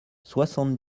soixante